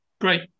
Great